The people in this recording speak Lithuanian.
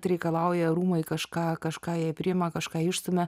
reikalauja rūmai kažką kažką jei priima kažką išstumia